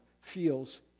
feels